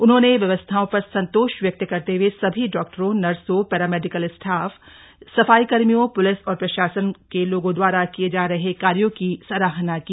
उन्होंने व्यवस्थाओं पर संतोष व्यक्त करते हुए सभी डॉक्टरों नर्सों पैरामेडिकल स्टाफ सफाइकर्मियों पुलिस और प्रशासन के लोगों द्वारा किये जा रहे कार्यों की सराहना की